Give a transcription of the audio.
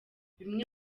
bimwe